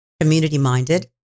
community-minded